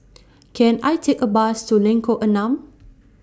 Can I Take A Bus to Lengkok Enam